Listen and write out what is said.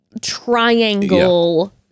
triangle